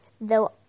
Though